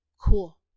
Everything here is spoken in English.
Cool